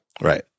Right